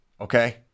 okay